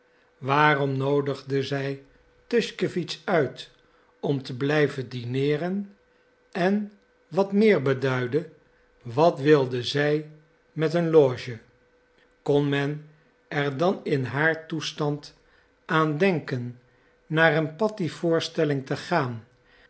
waarom noodigde zij tuschkewitsch uit om te blijven dineeren en wat meer beduidde wat wilde zij met een loge kon men er dan in haar toestand aan denken naar een patti voorstelling te gaan